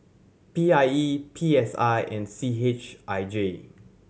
P I E P S I and C H I J